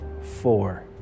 four